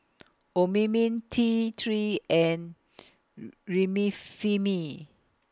Obimin T three and Remifemin